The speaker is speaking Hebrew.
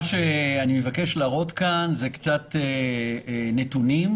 אני מבקש להראות כאן קצת נתונים.